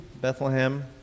Bethlehem